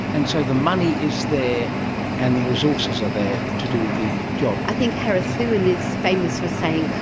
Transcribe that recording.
and so the money is there and the resources are there to do the job. i think harris lewin is famous for saying,